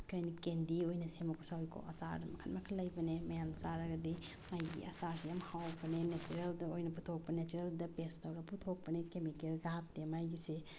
ꯑꯩꯈꯣꯏꯅ ꯀꯦꯟꯗꯤ ꯑꯣꯏꯅ ꯁꯦꯝꯃꯛꯄꯁꯨ ꯌꯥꯎꯏꯀꯣ ꯑꯆꯥꯔꯗ ꯃꯈꯜ ꯃꯈꯜ ꯂꯩꯕꯅꯦ ꯃꯌꯥꯝ ꯆꯥꯔꯒꯗꯤ ꯃꯥꯒꯤ ꯑꯆꯥꯔꯁꯦ ꯌꯥꯝ ꯍꯥꯎꯕꯅꯦ ꯅꯦꯆꯔꯦꯜꯗ ꯑꯣꯏꯅ ꯄꯨꯊꯣꯛꯄꯅꯦ ꯅꯦꯆꯔꯦꯜꯗ ꯕꯦꯁ ꯇꯧꯔꯒ ꯄꯨꯊꯣꯛꯄꯅꯦ ꯀꯦꯃꯤꯀꯦꯜꯒ ꯍꯥꯞꯇꯦ ꯃꯥꯒꯤꯁꯦ